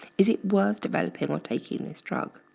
is it worth developing or taking this drug?